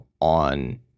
on